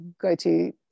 go-to